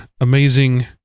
amazing